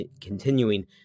continuing